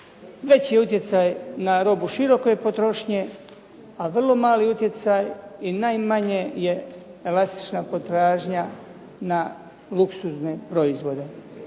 Veći je utjecaj na robu široke potrošnje, a vrlo mali utjecaj i najmanje je elastična potražnja na luksuzne proizvode.